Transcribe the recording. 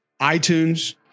iTunes